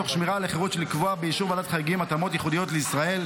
תוך שמירה על החירות לקבוע באישור ועדת חריגים התאמות ייחודיות לישראל,